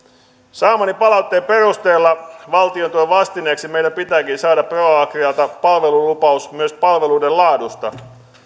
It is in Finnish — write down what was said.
saamani palautteen perusteella valtiontuen vastineeksi meidän pitääkin saada proagrialta palvelulupaus myös palveluiden laadusta